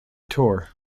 tour